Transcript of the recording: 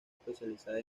especializada